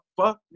fuck